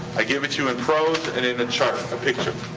i give it to you in prose and in a chart, a picture.